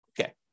Okay